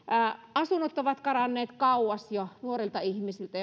asunnot ovat karanneet jo kauas nuorilta ihmisiltä